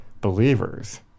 believers